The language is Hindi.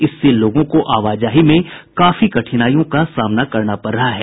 इससे लोगों को आवाजाही में काफी कठिनाई का सामना करना पड़ रहा है